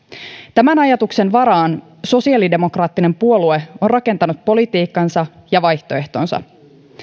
tämän ajatuksen varaan sosiaalidemokraattinen puolue on rakentanut politiikkansa ja vaihtoehtonsa